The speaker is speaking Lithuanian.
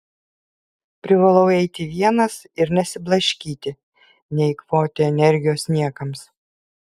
privalau eiti vienas ir nesiblaškyti neeikvoti energijos niekams